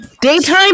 Daytime